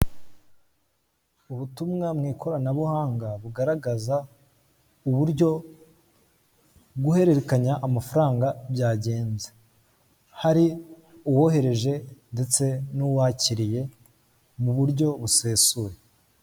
Ubutumwa mu ikoranabuhanga bugaragaza uburyo guhererekanya amafaranga byagenze, hari uwohereje ndetse n'uwakiriye mu buryo busesuye.